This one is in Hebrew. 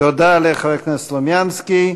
תודה לחבר הכנסת סלומינסקי.